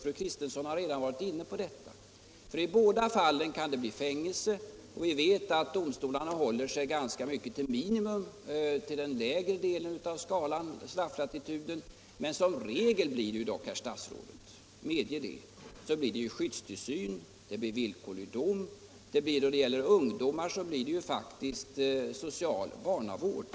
Fru Kristensson har redan varit inne på detta. I båda fallen kan det nämligen bli fängelse. Vi vet att domstolarna håller sig ganska mycket till den lägre delen av strafflatituden. Som regel blir det dock — medge det herr statsråd! — skyddstillsyn och 201 Nr 43 villkorlig dom. När det gäller ungdomar blir det som regel social bar Torsdagen den — navård.